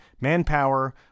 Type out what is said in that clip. manpower